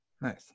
Nice